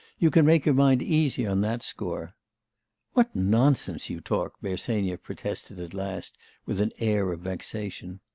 you can make your mind easy on that score what nonsense you talk bersenyev protested at last with an air of vexation.